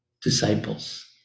disciples